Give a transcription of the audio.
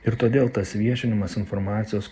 ir todėl tas viešinimas informacijos